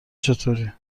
چطوری